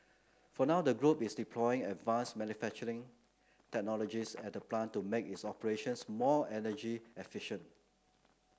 for now the group is deploying advanced manufacturing technologies at the plant to make its operations more energy efficient